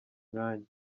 mwanya